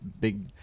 Big